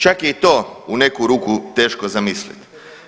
Čak je i to u neku ruku teško zamisliti.